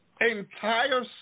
Entire